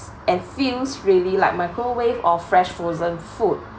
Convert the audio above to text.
and feels really like microwaved or fresh frozen food